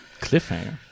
cliffhanger